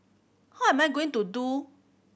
how am I going to do